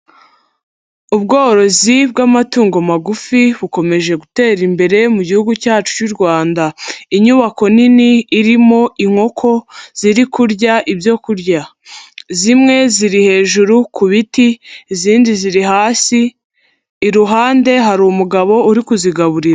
Ubworozi bw'amatungo magufi bukomeje gutera imbere mu gihugu cyacu cy'u Rwanda, inyubako nini irimo inkoko ziri kurya ibyo kurya, zimwe ziri hejuru ku biti izindi ziri hasi, iruhande hari umugabo uri kuzigaburira.